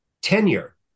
tenure